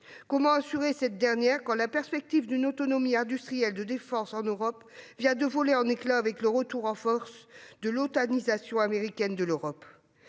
Comment assurer cette dernière quand la perspective d'une autonomie industrielle de défense en Europe vient de voler en éclats avec le retour en force de « l'otanisation » américaine de l'Europe ?